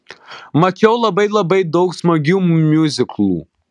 mačiau labai labai daug smagių miuziklų